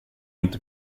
inte